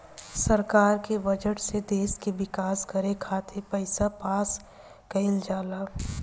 सरकार के बजट से देश के विकास करे खातिर पईसा पास कईल जाला